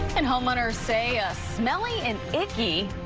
and homeowners say a smelly and icky,